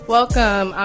Welcome